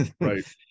right